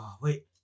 Wait